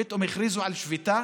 פתאום הכריזו על שביתה